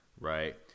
Right